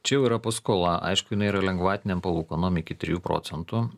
čia jau yra paskola aišku jinai yra lengvatinėm palūkanom iki trijų procentų